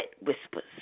whispers